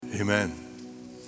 Amen